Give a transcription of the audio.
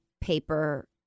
paper